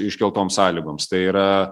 iškeltoms sąlygoms tai yra